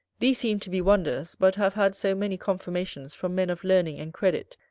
these seem to be wonders but have had so many confirmations from men of learning and credit,